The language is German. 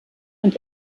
und